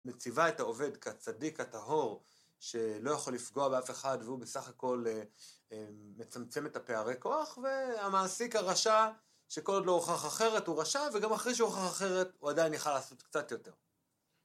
מציבה את העובד כצדיק, כטהור שלא יכול לפגוע באף אחד והוא בסך הכל מצמצם את הפערי כוח והמעסיק הרשע שכל עוד לא הוכח אחרת הוא רשע וגם אחרי שהוא הוכח אחרת הוא עדיין יכל לעשות קצת יותר.